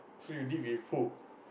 so you did with who